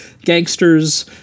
gangsters